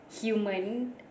human